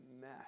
mess